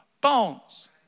bones